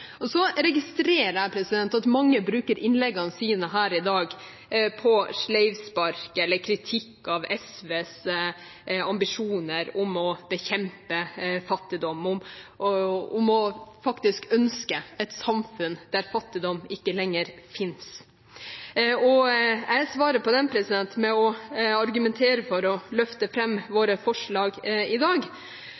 Så registrerer jeg at mange bruker innleggene sine her i dag på sleivspark eller kritikk av SVs ambisjoner om å bekjempe fattigdom, om faktisk å ønske et samfunn der fattigdom ikke lenger fins. Jeg svarer på det med å argumentere for å løfte fram våre forslag i dag,